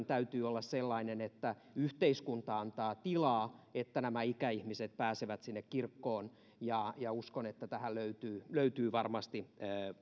täytyy olla sellainen että yhteiskunta antaa tilaa että nämä ikäihmiset pääsevät sinne kirkkoon ja ja uskon että tähän löytyy löytyy varmasti